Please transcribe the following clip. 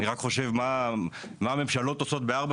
אני רק חושב מה הממשלות עושות בארבע